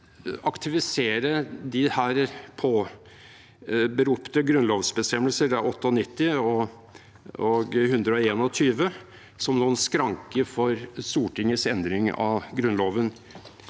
aktivisere disse påberopte grunnlovsbestemmelser, 98 og 121, som noen skranke for Stortingets endring av Grunnloven.